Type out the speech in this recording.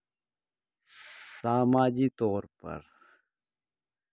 سماجی طور پر